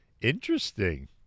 Interesting